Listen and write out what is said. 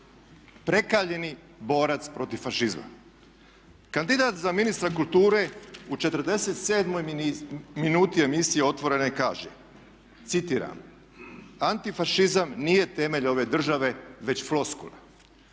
Prekaljeni borac protiv fašizma. Kandidat za ministra kulture u 47 minuti emisije Otvoreno kaže, citiram: "Antifašizam nije temelj ove države već floskula."